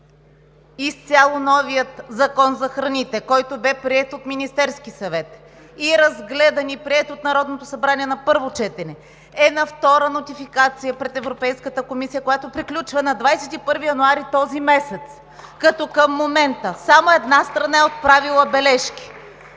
изцяло новият закон за храните, който беше приет от Министерския съвет, разгледан и приет от Народното събрание на първо четене, е на втора нотификация пред Европейската комисия, която приключва на 21 януари – този месец, като към момента само една страна е отправила бележки.